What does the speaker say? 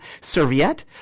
Serviette